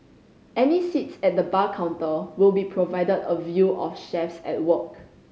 any seats at the bar counter will be provided a view of chefs at work